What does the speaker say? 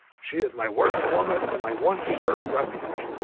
she is my worst torment and my one sure refuge.